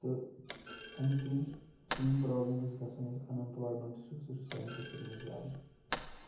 تہٕ اَمہِ کِنہِ چھِ یِم پرٛابلِم أسۍ گژھان یُس اَن اٮ۪مپٕلایمٮ۪نٛٹ چھُ سُہ چھُ سانہِ کٔشیٖرِ منٛز زیادٕ